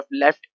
left